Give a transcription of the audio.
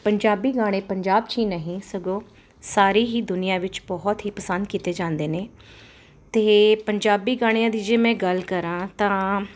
ਪੰਜਾਬੀ ਗਾਣੇ ਪੰਜਾਬ ਚ ਹੀ ਨਹੀਂ ਸਗੋਂ ਸਾਰੇ ਹੀ ਦੁਨੀਆਂ ਵਿੱਚ ਬਹੁਤ ਹੀ ਪਸੰਦ ਕੀਤੇ ਜਾਂਦੇ ਨੇ ਤੇ ਪੰਜਾਬੀ ਗਾਣਿਆਂ ਦੀ ਜੇ ਮੈਂ ਗੱਲ ਕਰਾਂ ਤਾਂ